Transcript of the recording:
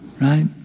right